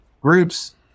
groups